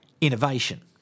innovation